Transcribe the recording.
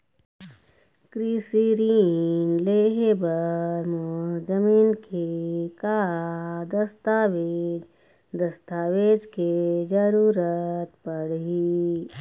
कृषि ऋण लेहे बर मोर जमीन के का दस्तावेज दस्तावेज के जरूरत पड़ही?